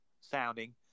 sounding